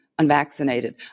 Unvaccinated